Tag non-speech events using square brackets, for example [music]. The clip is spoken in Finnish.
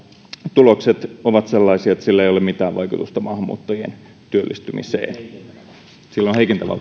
tulokset ovat sellaisia että sillä ei ole mitään vaikutusta maahanmuuttajien työllistymiseen sillä on heikentävä [unintelligible]